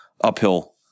uphill